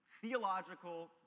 theological